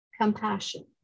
compassion